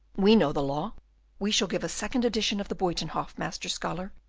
we know the law we shall give a second edition of the buytenhof, master scholar,